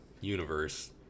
universe